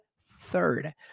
third